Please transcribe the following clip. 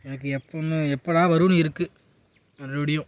எனக்கு எப்பவுமே எப்போடா வரும்னு இருக்குது மறுபடியும்